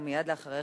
ומייד אחריך,